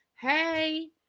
hey